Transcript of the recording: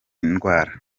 ndwara